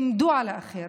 למדו על האחר,